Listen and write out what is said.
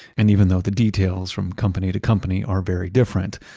and even though the details from company to company are very different,